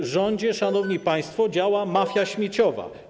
W rządzie, szanowni państwo, działa mafia śmieciowa.